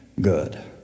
good